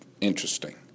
interesting